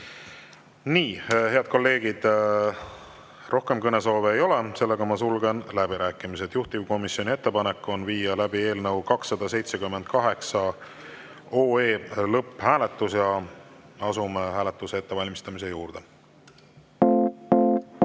Aitäh! Head kolleegid, rohkem kõnesoove ei ole. Sulgen läbirääkimised. Juhtivkomisjoni ettepanek on viia läbi eelnõu 278 lõpphääletus. Asume hääletuse ettevalmistamise juurde.